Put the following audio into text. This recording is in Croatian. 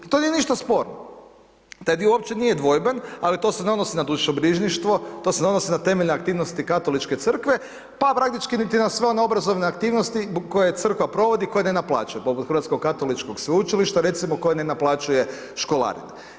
I to nije ništa sporno, taj dio uopće nije dvojben ali to se ne odnosi na dušebrižništvo, to se ne odnosi na temeljne aktivnosti Katoličke crkve pa praktički niti na sve one obrazovne aktivnosti koje crkva provodi, koje ne naplaćuje, poput Hrvatskog katoličkog sveučilišta recimo koje ne naplaćuje školarinu.